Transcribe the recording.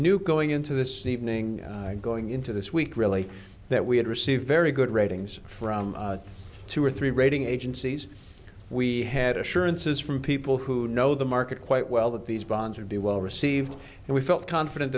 knew going into this evening going into this week really that we had received very good ratings from two or three rating agencies we had assurances from people who know the market quite well that these bonds would be well received and we felt confident